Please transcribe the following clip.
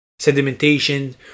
Sedimentation